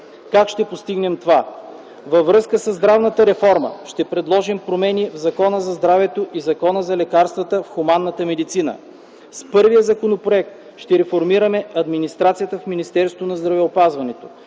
Как ще постигнем това? Във връзка със здравната реформа ще предложим реформи в Закона за здравето и в Закона за лекарствата в хуманната медицина. С първия законопроект ще реформираме администрацията в Министерството на здравеопазването,